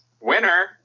Winner